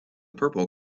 purple